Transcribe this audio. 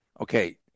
Okay